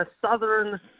southern